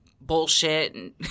bullshit